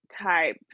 type